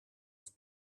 his